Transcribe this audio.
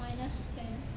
minus ten